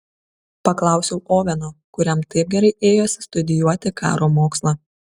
paklausiau oveno kuriam taip gerai ėjosi studijuoti karo mokslą